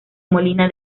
molina